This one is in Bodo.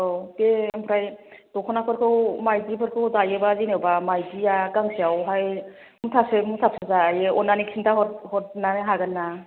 औ बे ओमफ्राय दख'नाफोरखौ माइदिफोरखौ दायोबा जेन'बा माइदिया गांसेआवहाय मुथाबसे मुथाबसे जायो अननानै खिन्थाहर हरनानै हागोन ना